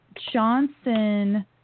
Johnson